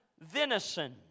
venison